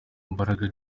mbaraga